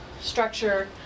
structure